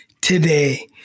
today